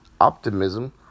optimism